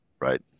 right